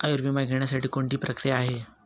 आयुर्विमा घेण्यासाठी कोणती प्रक्रिया आहे?